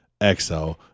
XO